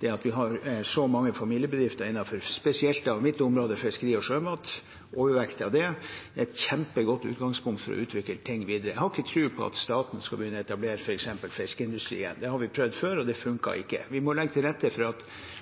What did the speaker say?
det at vi har så mange familiebedrifter innenfor spesielt mitt område, fiskeri og sjømat, og overvekt av det, er et kjempegodt utgangspunkt for å utvikle ting videre. Jeg har ikke tro på at staten skal begynne å etablere f.eks. fiskeindustrien. Det har vi prøvd før, og det funket ikke. Vi må legge til rette for at